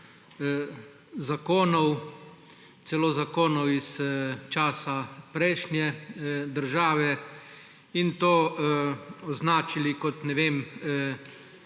zakonov, celo zakonov iz časa prejšnje države, in so to označili kot ne vem